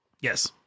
Yes